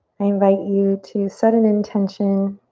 i invite you to set an intention